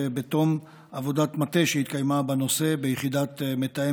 שבתום עבודת מטה שהתקיימה בנושא ביחידת מתאם